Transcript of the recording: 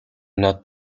not